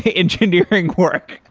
ah engineering work?